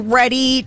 ready